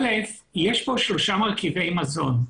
א' יש פה שלושה מרכיבי מזון: